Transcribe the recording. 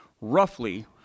roughly